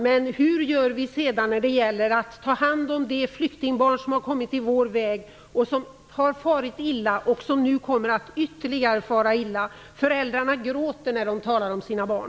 Men hur gör vi sedan när det gäller att ta hand om de flyktingbarn som har kommit i vår väg, som har farit illa och som nu kommer att ytterligare fara illa? Föräldrarna gråter när de talar om sina barn.